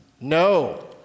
No